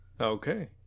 okay